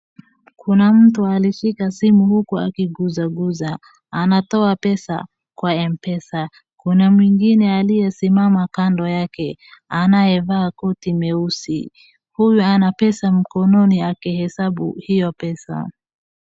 Kuna mtu alishika simu uku akiguzaguza, anatoa pesa kwa M-PESA. Kuna mwingine aliyesimama kando yake anayevaa koti meusi, huyu ana pesa mkononi akihesabu hio pesa.